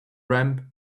ramp